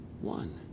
One